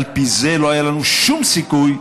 על פי זה, לא היה לנו שום סיכוי,